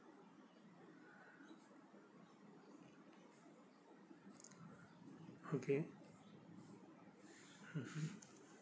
okay mmhmm